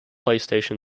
playstation